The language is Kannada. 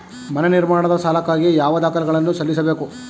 ಮನೆ ನಿರ್ಮಾಣದ ಸಾಲಕ್ಕಾಗಿ ಯಾವ ದಾಖಲೆಗಳನ್ನು ಸಲ್ಲಿಸಬೇಕು?